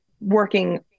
working